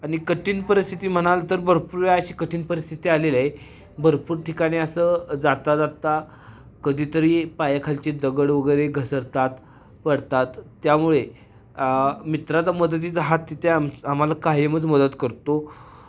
आणि कठीण परिस्थिती म्हणाल तर भरपूर वेळा अशी कठीण परिस्थिती आलेली आहे भरपूर ठिकाणी असं जाता जाता कधीतरी पायाखालीचे दगड वगैरे घसरतात पडतात त्यामुळे मित्राचा मदतीचा हात तिथे आम आम्हाला कायमच मदत करतो